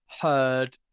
heard